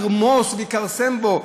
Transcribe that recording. ירמוס ויכרסם בו,